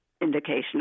indication